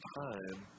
time